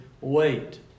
wait